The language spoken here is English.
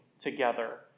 together